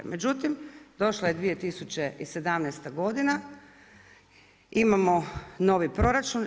Međutim, došla je 2017. godina, imamo novi proračun.